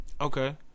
Okay